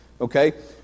Okay